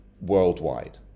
worldwide